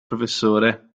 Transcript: professore